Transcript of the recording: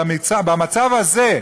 במצב הזה,